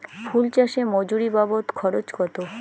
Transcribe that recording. ফুল চাষে মজুরি বাবদ খরচ কত?